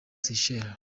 seychelles